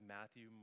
Matthew